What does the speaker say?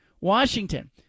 Washington